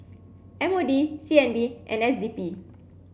M O D C N B and S D P